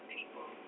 people